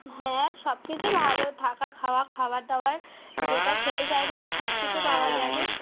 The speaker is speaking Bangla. হ্যাঁ সব কিছুই ভালো থাকা খাওয়া খাবার দাবার যেটা খেতে চাইবেন সব কিছু পাওয়া যাবে